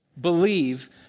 believe